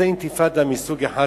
זה אינתיפאדה מסוג אחד,